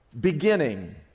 beginning